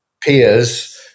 peers